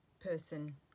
person